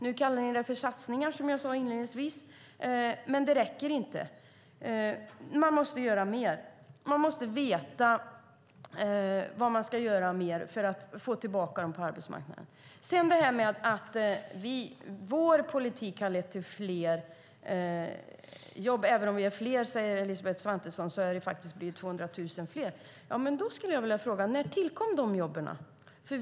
Nu kallar ni det för satsningar. Men detta räcker inte. Man måste göra mer. Man måste veta vad man ska göra mer för att få tillbaka dem till arbetsmarknaden. Elisabeth Svantesson säger att er politik har lett till fler jobb. Även om vi är fler har också jobben blivit 200 000 fler, säger hon. Då skulle jag vilja fråga: När tillkom de jobben?